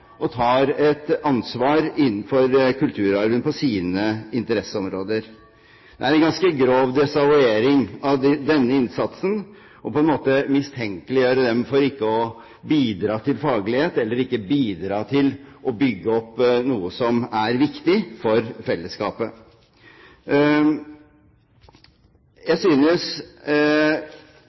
og tar ansvar for kulturarven på sine interesseområder. Det er en ganske grov desavuering av denne innsatsen å mistenke dem for ikke å bidra til faglighet eller ikke å bidra til å bygge opp noe som er viktig for fellesskapet. Jeg synes